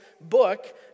book